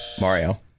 Mario